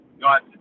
got